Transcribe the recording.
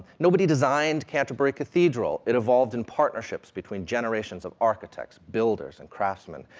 nobody designed canterbury cathedral, it evolved in partnerships between generations of architects, builders, and craftsmen,